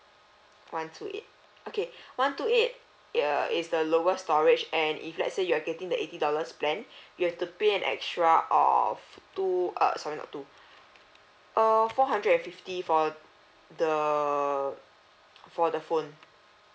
one two eight okay one two eight err is the lower storage and if let's say you're getting the eighty dollars plan you have to pay an extra of two uh sorry not two err four hundred and fifty for the for the phone